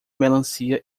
melancia